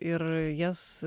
ir jas